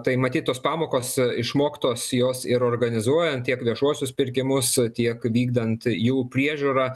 tai matyt tos pamokos išmoktos jos ir organizuojant tiek viešuosius pirkimus tiek vykdant jų priežiūrą